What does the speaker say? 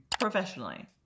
Professionally